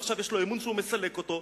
ועכשיו הוא מאמין שהוא מסלק אותו.